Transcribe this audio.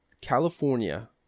California